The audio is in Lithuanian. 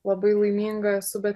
labai laiminga esu bet